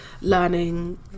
learning